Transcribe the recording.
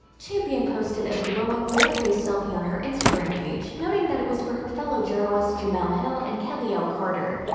champion posted a glowing, bare-faced selfie on her instagram page, noting that it was for her fellow journalists jemele hill and kelly l. carter.